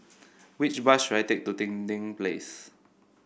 which bus should I take to Dinding Place